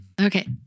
Okay